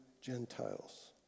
Gentiles